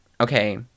Okay